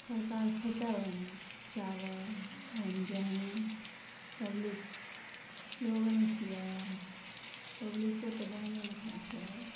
सरकार खयतै ओहन चावल ओहन गेहुँम पब्लिक लोग नहि छियै पब्लिको तऽ दने ने खाइत छै